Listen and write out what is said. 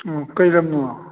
ꯑꯣ ꯀꯔꯤ ꯂꯝꯅꯣ